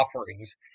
offerings